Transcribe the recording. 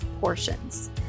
portions